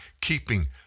keeping